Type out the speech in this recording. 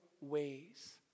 ways